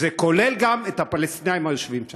וזה כולל גם את הפלסטינים היושבים שם.